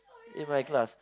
in my class